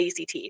act